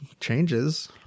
changes